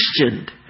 questioned